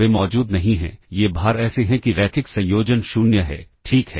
वे मौजूद नहीं हैं ये भार ऐसे हैं कि रैखिक संयोजन 0 है ठीक है